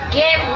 get